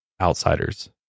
outsiders